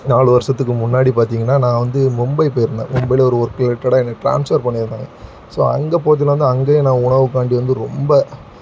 நாலு வருடத்துக்கு முன்னாடி பார்த்தீங்கன்னா நான் வந்து மும்பை போயிருந்தேன் மும்பையில் ஒரு ஒர்க் ரிலேட்டடா என்ன ட்ரான்ஸ்ஃபர் பண்ணிருந்தாங்க ஸோ அங்கே போகிறதுனால தான் அங்கேயும் நான் உணவுக்காண்டி வந்து ரொம்ப